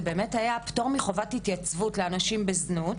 זה באמת היה פטור מחובת התייצבות לאנשים בזנות,